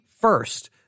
first